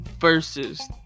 versus